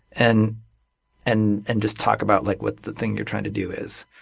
and and and just talk about like what the thing you're trying to do is.